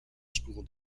school